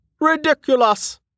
Ridiculous